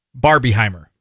Barbieheimer